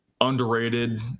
underrated